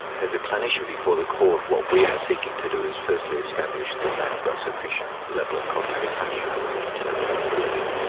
as a clinician before the court, what we are seeking to do is firstly establish that they've got sufficient level of cognitive function, of intellectual ability,